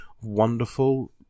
wonderful